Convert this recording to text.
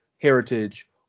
heritage